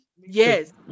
Yes